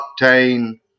octane